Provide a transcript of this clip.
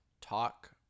talk